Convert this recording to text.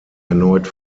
erneut